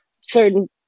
certain